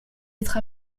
être